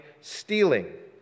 stealing